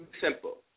simple